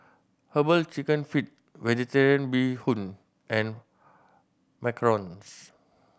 Herbal Chicken Feet Vegetarian Bee Hoon and macarons